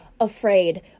afraid